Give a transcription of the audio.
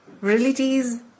realities